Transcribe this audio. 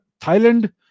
Thailand